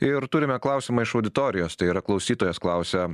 ir turime klausimą iš auditorijos tai yra klausytojas klausia